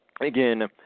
again